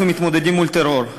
אנחנו מתמודדים עם טרור,